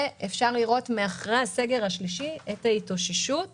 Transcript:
אפשר לראות אחרי הסגר השלישי את ההתאוששות שחלה.